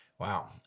Wow